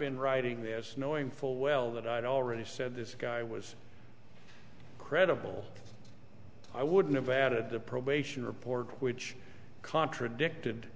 been writing this knowing full well that i'd already said this guy was credible i wouldn't have added the probation report which contradicted